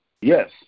Yes